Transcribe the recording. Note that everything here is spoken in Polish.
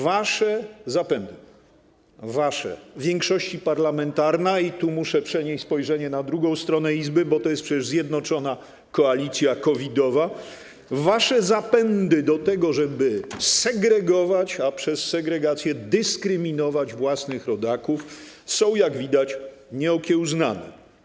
Wasze zapędy - wasze, większości parlamentarna, i tu muszę przenieść spojrzenie na drugą stronę Izby, bo to jest przecież zjednoczona koalicja COVID-owa - do tego, żeby segregować, a przez segregację dyskryminować własnych rodaków, są, jak widać, nieokiełznane.